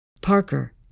Parker